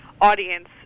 audience